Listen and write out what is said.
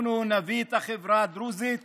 אנחנו נביא את החברה הדרוזית